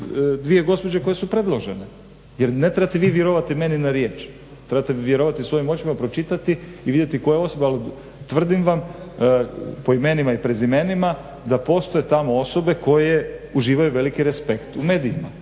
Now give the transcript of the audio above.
dvije gospođe koje su predložene, jer ne trebate vi vjerovati meni na riječ, trebate vjerovati svoji očima, pročitati i vidjeti koja osoba, tvrdim vam po imenima i prezimenima da postoje tamo osobe koje uživaju veliki respekt u medijima